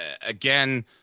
again